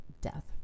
death